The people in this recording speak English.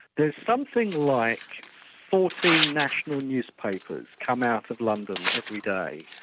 there's something like fourteen national newspapers come out of london every day.